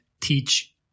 teach